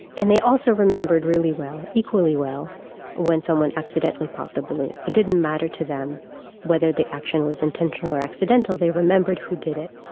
and they also remembered really well, equally well when someone accidently popped the balloon, it didn't matter to them whether the action was intentional or accidental, they remembered who did it.